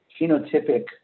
phenotypic